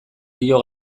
dio